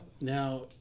now